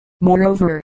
Moreover